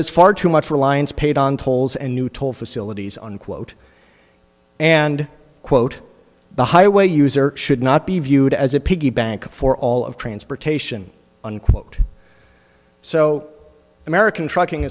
is far too much reliance paid on tolls and new toll facilities unquote and quote the highway user should not be viewed as a piggy bank for all of transportation unquote so american trucking